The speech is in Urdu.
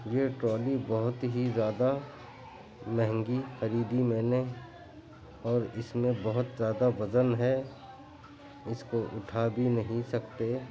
یہ ٹرالی بہت ہی زیادہ مہنگی خریدی میں نے اور اِس میں بہت زیادہ وزن ہے اِس کو اُٹھا بھی نہیں سکتے